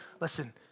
listen